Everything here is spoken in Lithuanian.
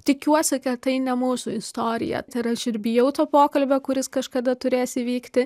tikiuosi kad tai ne mūsų istorija tai ir aš ir bijau to pokalbio kuris kažkada turės įvykti